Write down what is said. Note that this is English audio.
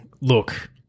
Look-